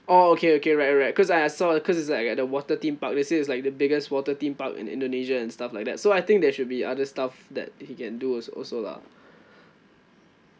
oh okay okay alright alright cause I saw cause it's like at the water theme park they say it's like the biggest water theme park in indonesia and stuff like that so I think there should be other stuff that we can do also also lah